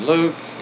Luke